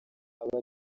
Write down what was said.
aba